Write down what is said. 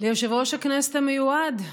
הכנסת המיועד,